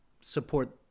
support